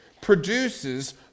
produces